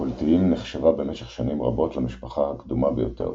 הקולטיים נחשבה במשך שנים רבות למשפחה הקדומה ביותר,